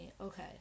okay